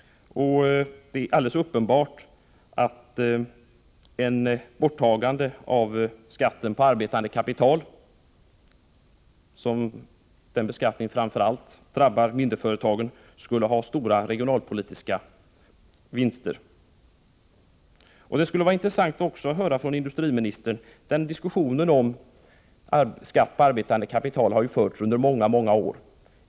Det är alldeles uppenbart att borttagande av skatten på arbetande kapital — en beskattning som framför allt drabbar de mindre företagen — skulle medföra stora reginalpolitiska vinster. Det skulle vara intressant att även här få höra industriministerns kommentar. Diskussionen om skatten på arbetande kapital har förts under många år.